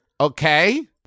Okay